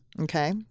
Okay